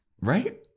Right